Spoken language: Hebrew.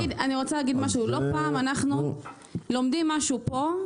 לא פעם אנחנו לומדים משהו פה,